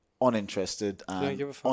uninterested